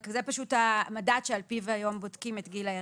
רק זה המדד על פיו היום בודקים את גיל ההיריון.